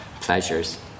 pleasures